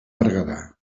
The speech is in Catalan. berguedà